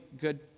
good